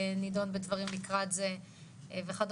וינדון בדברים לקראת זה וכדומה,